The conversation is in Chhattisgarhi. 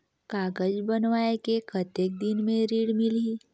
कागज बनवाय के कतेक दिन मे ऋण मिलही?